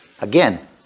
Again